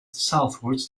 southwards